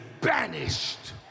banished